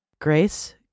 grace